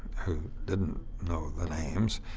who didn't know the names,